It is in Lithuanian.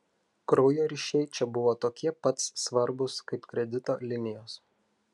kraujo ryšiai čia buvo tokie pats svarbūs kaip kredito linijos